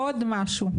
עוד משהו.